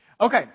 Okay